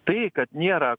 tai kad nėra